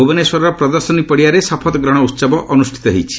ଭ୍ରବନେଶ୍ୱରର ପ୍ରଦର୍ଶନୀ ପଡ଼ିଆରେ ଶପଥ ଗ୍ରହଣ ଉତ୍ସବ ଅନୁଷ୍ଠିତ ହୋଇଛି